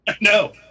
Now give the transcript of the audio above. No